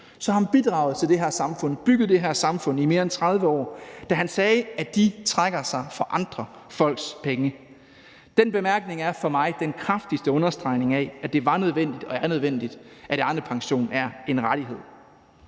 og som har bidraget til det her samfund, bygget det her samfund op i mere end 30 år, trækker sig for andre folks penge. Den bemærkning er for mig den kraftigste understregning af, at det var nødvendigt og er nødvendigt, at Arnepensionen er en rettighed.